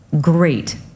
great